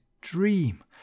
dream